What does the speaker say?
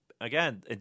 again